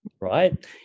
right